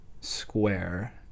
square